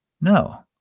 No